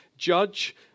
Judge